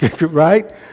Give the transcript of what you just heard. Right